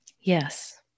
Yes